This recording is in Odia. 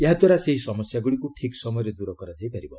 ଏହାଦ୍ୱାରା ସେହି ସମସ୍ୟାଗ୍ରଡ଼ିକୁ ଠିକ୍ ସମୟରେ ଦୂର କରାଯାଇ ପାରିବ